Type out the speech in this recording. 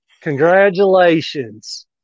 Congratulations